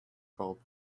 followed